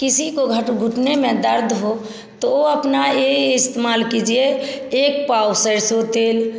किसी को घट घुटने में दर्द हो तो अपना ये इस्तेमाल कीजिए एक पाव सरसों तेल